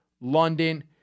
London